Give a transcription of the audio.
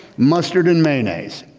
mustard and mayonnaise.